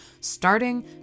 starting